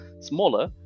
smaller